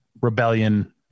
rebellion